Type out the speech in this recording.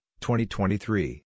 2023